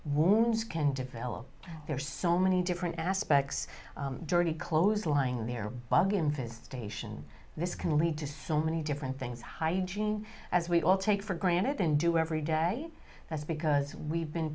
wounds can develop there are so many different aspects dirty clothes lying there bug infestation this can lead to so many different things hygiene as we all take for granted and do every day that's because we've been